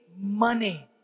money